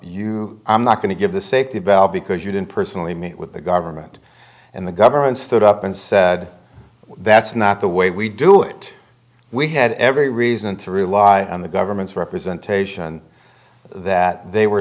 you i'm not going to give the safety valve because you didn't personally meet with the government and the government stood up and said that's not the way we do it we had every reason to rely on the government's representation that they were